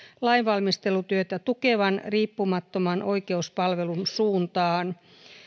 lainvalmistelutyötä tukevan riippumattoman oikeuspalvelun suuntaan